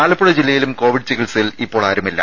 ആലപ്പുഴ ജില്ലയിലും കോവിഡ് ചികിത്സയിൽ ഇപ്പോൾ ആരുമില്ല